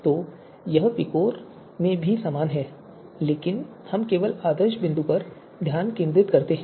तो यह विकोर में भी समान है लेकिन हम केवल आदर्श बिंदु पर ध्यान केंद्रित करते हैं